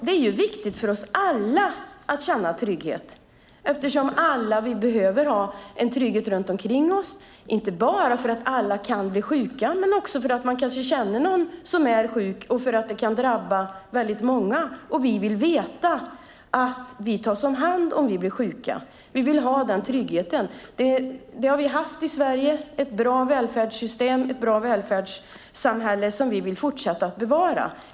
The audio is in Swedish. Det är viktigt för oss alla att känna trygghet eftersom vi alla behöver ha trygghet runt omkring oss. Det handlar inte bara om att vi alla kan bli sjuka; det handlar också om att vi kan känna någon som är sjuk. Det kan drabba många. Vi vill veta att vi tas om hand om vi blir sjuka. Den tryggheten vill vi ha, och den har vi haft i Sverige. Vi har haft ett bra välfärdssystem, och det vill vi fortsätta ha.